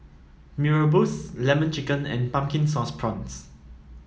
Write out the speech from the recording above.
Mee Rebus lemon chicken and Pumpkin Sauce Prawns